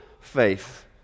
faith